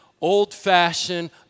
old-fashioned